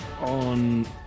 on